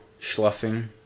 schluffing